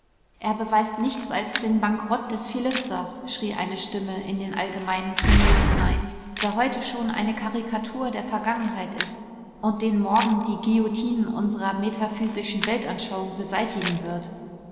er beweist nichts als den bankrott des philisters schrie eine stimme in den allgemeinen tumult hinein der heute schon eine karikatur der vergangenheit ist und den morgen die guillotine unserer metaphysischen weltanschauung beseitigen wird